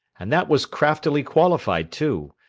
and that was craftily qualified too,